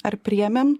ar priėmėm